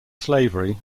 slavery